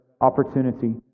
opportunity